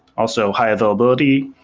also high-availability,